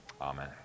Amen